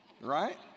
Right